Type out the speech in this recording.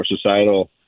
societal